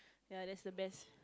ya that's the best